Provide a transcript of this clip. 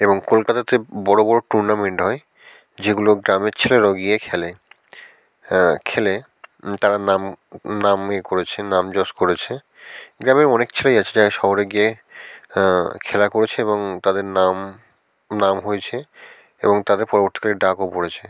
এবং কলকাতাতে বড় বড় টুর্নামেন্ট হয় যেগুলো গ্রামের ছেলেরাও গিয়ে খেলে হ্যাঁ খেলে তারা নাম নাম এ করেছে নাম যশ করেছে গ্রামের অনেক ছেলেরাই আছে যারা শহরে গিয়ে খেলা করেছে এবং তাদের নাম নাম হয়েছে এবং তাদের পরবর্তীকালে ডাকও পড়েছে